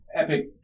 epic